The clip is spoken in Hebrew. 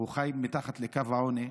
חיה מתחת לקו העוני,